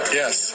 yes